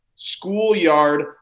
schoolyard